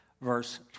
verse